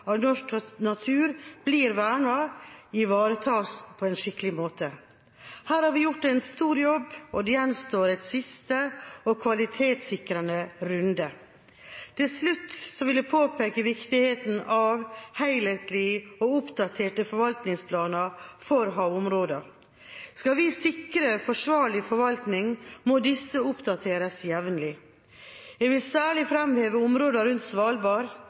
av norsk natur blir vernet, ivaretas på en skikkelig måte. Her har vi gjort en stor jobb, og det gjenstår en siste og kvalitetssikrende runde. Til slutt vil jeg påpeke viktigheten av helhetlige og oppdaterte forvaltningsplaner for havområdene. Skal vi sikre forsvarlig forvaltning, må disse oppdateres jevnlig. Jeg vil særlig framheve områdene rundt Svalbard